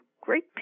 great